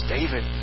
David